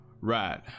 Right